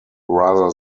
rather